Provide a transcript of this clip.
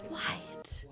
White